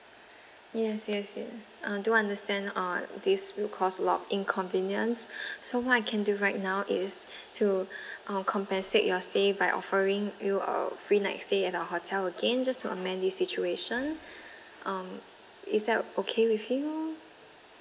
yes yes yes I do understand uh this will cause a lot inconvenience so what I can do right now is to um compensate your stay by offering you a free night stay at our hotel again just to amend this situation um is that okay with you